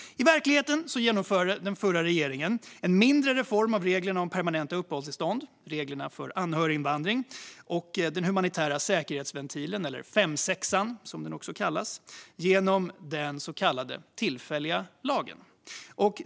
I verkligheten genomförde den förra regeringen en mindre reform av reglerna om permanenta uppehållstillstånd, reglerna för anhöriginvandring och den humanitära säkerhetsventilen, eller femsexan som den också kallas, genom den så kallade tillfälliga lagen.